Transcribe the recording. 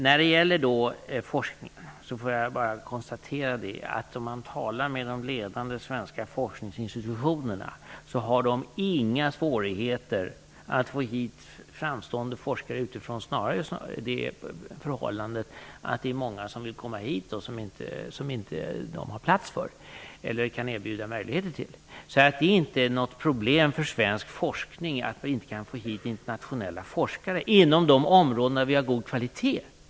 När det gäller forskningen kan jag bara konstatera att om man talar med de ledande svenska forskningsinstitutionerna, har de inga svårigheter att få hit framstående forskare utifrån. Snarare råder det förhållandet att det är många som vill komma hit men som man inte har möjlighet att bereda plats för. Så det är inget problem för svensk forskning att vi inte kan få hit internationella forskare - inom områden där vi har god kvalitet vill säga.